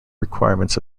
requirements